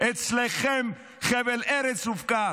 אצלכם חבל ארץ הופקר.